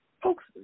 Folks